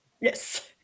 Yes